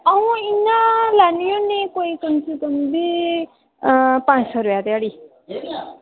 अं'ऊ इं'या लैन्नी होन्नी कोई कम से कम बी अ पंज सौ रपेआ ध्आड़ी